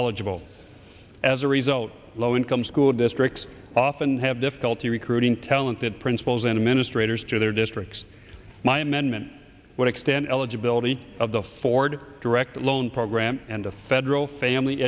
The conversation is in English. eligible as a result low income school districts often have difficulty recruiting talented principals and administrators to their districts my amendment would extend eligibility of the ford direct loan program and a federal family